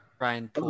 Ryan